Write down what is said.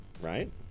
Right